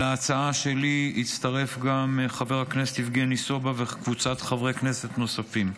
אל ההצעה שלי הצטרפו חבר הכנסת יבגני סובה וקבוצת חברי כנסת נוספים.